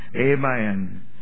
Amen